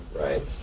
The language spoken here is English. Right